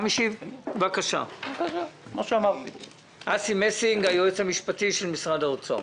בבקשה, אסי מסינג, היועץ המשפטי של משרד האוצר.